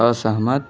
असहमत